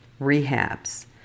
rehabs